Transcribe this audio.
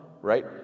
right